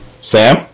Sam